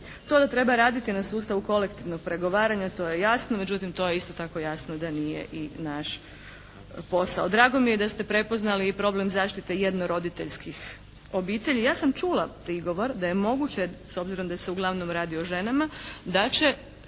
To da treba raditi na sustavu kolektivnog pregovaranja to je jasno, međutim to je isto tako jasno da nije i naš posao. Drago mi je i da ste prepoznali i problem zaštite jednoroditeljskih obitelji. Ja sam čula prigovor da je moguće s obzirom da se uglavnom radi o ženama da će